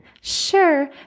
sure